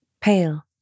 pale